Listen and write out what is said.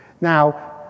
Now